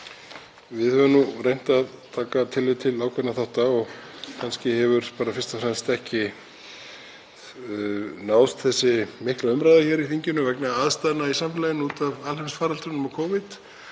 Við höfum nú reynt að taka tillit til ákveðinna þátta og kannski hefur bara fyrst og fremst ekki náðst þessi mikla umræða hér í þinginu vegna aðstæðna í samfélaginu út af alheimsfaraldrinum Covid